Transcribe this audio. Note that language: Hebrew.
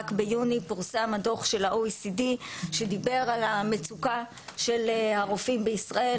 רק ביוני פורסם הדוח של ה-OEDC שדיבר על המצוקה של הרופאים בישראל.